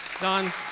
Don